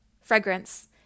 fragrance